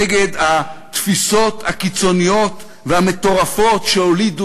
נגד התפיסות הקיצוניות והמטורפות שהולידו